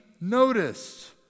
noticed